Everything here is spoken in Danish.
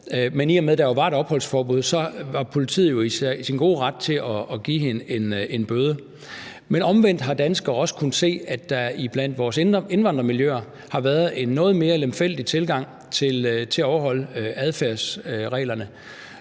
men i og med der jo var et opholdsforbud, var politiet i sin gode ret til at give hende en bøde. Men omvendt har danskere også kunnet se, at der i blandt vores indvandrermiljøer har været en noget mere lemfældig tilgang til at overholde adfærdsreglerne.